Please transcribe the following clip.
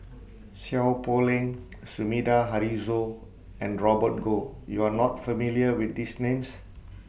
Seow Poh Leng Sumida Haruzo and Robert Goh YOU Are not familiar with These Names